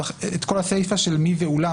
את כל הסיפה של מ'ואולם',